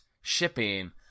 shipping